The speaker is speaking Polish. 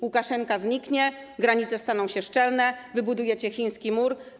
Łukaszenka zniknie, granice staną się szczelne, wybudujecie chiński mur?